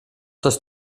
dass